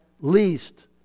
least